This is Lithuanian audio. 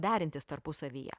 derintis tarpusavyje